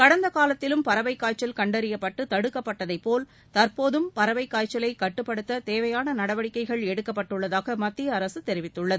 கடந்த காலத்திலும் பறவை காய்ச்சல் கண்டறியப்பட்டு தடுக்கப்பட்டதை போல் தற்போதும் பறவை காய்ச்சலை கட்டுப்படுத்த தேவையான நடவடிக்கைகள் எடுக்கப்பட்டுள்ளதாக மத்திய அரசு தெரிவித்துள்ளது